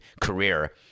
career